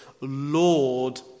lord